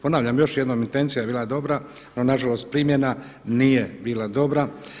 Ponavljam još jednom, intencija je bila dobra no nažalost primjena nije bila dobra.